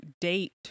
date